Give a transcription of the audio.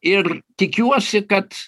ir tikiuosi kad